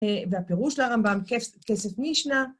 ‫והפירוש לרמב"ם כסף מי ישנה.